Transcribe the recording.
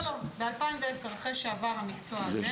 לא, לא, ב-2010 אחרי שעבר המקצוע הזה.